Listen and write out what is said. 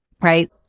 right